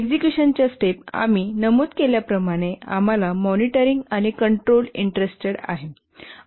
एक्झिक्युशनच्या स्टेप आम्ही नमूद केल्याप्रमाणे आम्हाला मॉनिटरिंग आणि कंट्रोल इंटरेस्टेड आहे